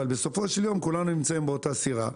אבל, בסופו של יום, כולנו נמצאים באותה סירה,